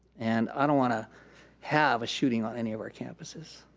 and i don't wanna have a shooting on any of our campuses.